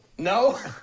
No